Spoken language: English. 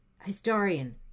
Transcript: historian